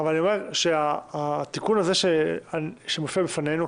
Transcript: התיקון הזה שמופיע בפנינו,